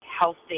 healthy